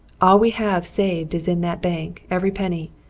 all we have saved is in that bank every penny.